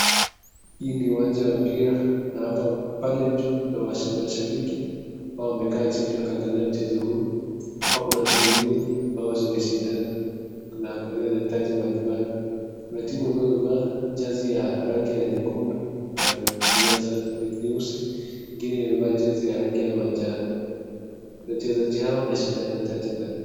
Hii ni uwanja ya mpira na pale juu Kuna mashabiki ambao wamekaa chini wakaangalia mchezo huu . Hapa kuna timu mbili ambazo zinashindana kwa nia na hitaji mbalimbali. Kuna tibu ambayo imevaa jezi ya rangi nyekundu na kinyaai nyeusi, ingine imevaa jezi ya rangi ya manjano . Wachezaji hao wanashinda taji mbalimbali.